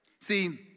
See